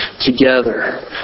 together